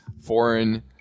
foreign